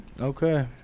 Okay